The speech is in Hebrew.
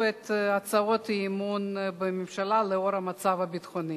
את הצעות האי-אמון בממשלה לנוכח המצב הביטחוני,